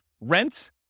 rent